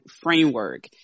framework